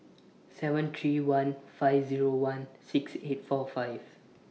seven three one five one six eight four five